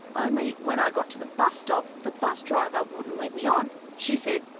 only when i got to the bus stop, the bus driver wouldn't let me on. she said,